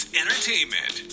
entertainment